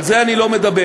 על זה אני לא מדבר.